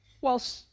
Whilst